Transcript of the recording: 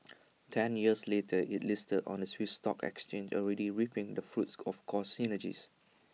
ten years later IT listed on the Swiss stock exchange already reaping the fruits of cost synergies